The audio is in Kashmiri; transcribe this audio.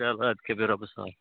چلو اَدٕ کیٛاہ بیٚہہ رۄبس حوال